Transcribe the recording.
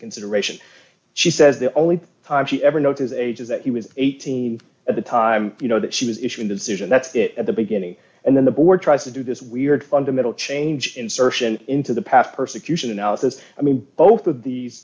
consideration she says the only time she ever notice age is that he was eighteen at the time you know that she was issuing the decision that's it at the beginning and then the board tries to do this weird fundamental change insertion into the past persecution analysis i mean both of these